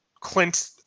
Clint